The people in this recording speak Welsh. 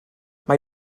mae